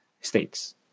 states